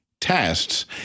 tests